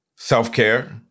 Self-care